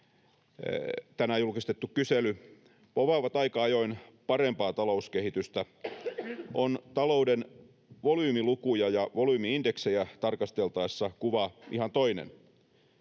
tänään julkistettu kysely, povaavat aika ajoin parempaa talouskehitystä, on talouden volyymilukuja ja volyymi-indeksejä tarkasteltaessa kuva ihan toinen.